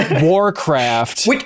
Warcraft